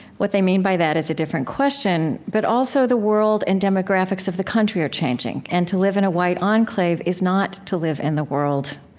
what they mean by that is a different question, but also the world and demographics of the country are changing. and to live in a white enclave is not to live in the world.